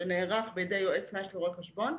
שנערך בידי יועץ מס או רואה חשבון,